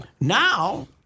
Now